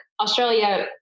Australia